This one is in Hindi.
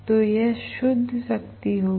तो यह शुद्ध शक्ति होगी